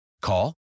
Call